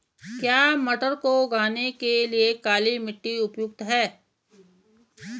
क्या मटर को उगाने के लिए काली मिट्टी उपयुक्त है?